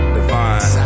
Divine